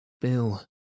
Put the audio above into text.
Bill